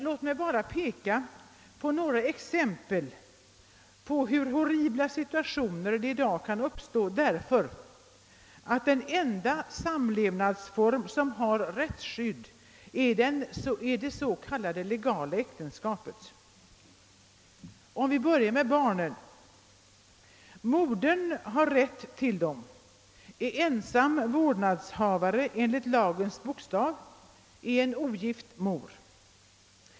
Låt mig bara framhålla några exempel på hur horribla situationer det i dag kan uppstå därför att den enda samlevnads form som har rättsskydd är det s.k. legala äktenskapet. Om vi börjar med barnen har modern rätt till dem, hon är ensam vårdnadshavare enligt lagens bokstav, hon är en ogift mor.